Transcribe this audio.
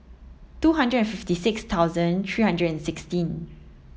two hundred and fifty six thousand three hundred and sixteen